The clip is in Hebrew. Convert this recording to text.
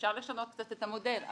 ואפשר לשנות קצת את המודל.